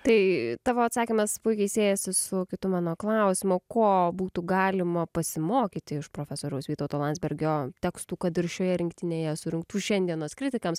tai tavo atsakymas puikiai siejasi su kitu mano klausimu ko būtų galima pasimokyti iš profesoriaus vytauto landsbergio tekstų kad ir šioje rinktinėje surinktų šiandienos kritikams